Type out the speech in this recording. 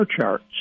charts